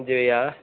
हां जी भैया